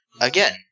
again